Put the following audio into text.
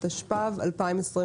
התשפ"ב-2021.